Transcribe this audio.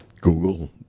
Google